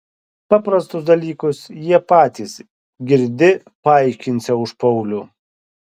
paprastus dalykus jie patys girdi paaiškinsią už paulių